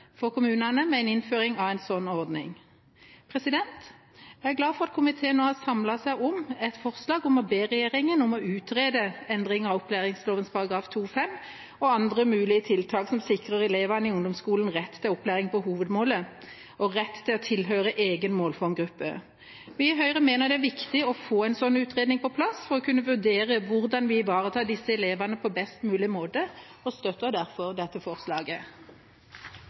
for kommunene med innføring av en slik ordning. Jeg er glad for at komiteen nå har samlet seg om et forslag om å be regjeringen utrede en endring av opplæringsloven § 2-5 og andre mulige tiltak som sikrer elevene i ungdomsskolen rett til opplæring på hovedmålet og rett til å tilhøre en egen målformgruppe. Vi i Høyre mener det er viktig å få en slik utredning på plass for å kunne vurdere hvordan vi ivaretar disse elevene på en best mulig måte, og vi støtter derfor dette forslaget